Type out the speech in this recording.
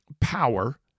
power